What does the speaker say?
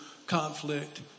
conflict